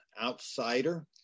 outsider